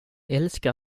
älskar